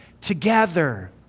together